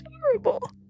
terrible